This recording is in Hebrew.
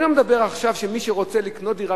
אני לא מדבר עכשיו על כך שמי שרוצה לקנות דירה